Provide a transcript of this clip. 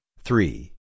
three